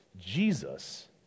Jesus